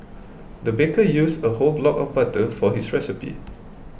the baker used a whole block of butter for his recipe